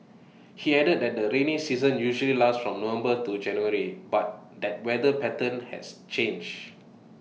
he added that the rainy season usually lasts from November to January but that weather patterns has changed